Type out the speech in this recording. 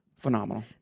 phenomenal